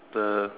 the